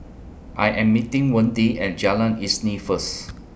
I Am meeting Wende At Jalan Isnin First